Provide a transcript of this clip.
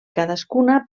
cadascuna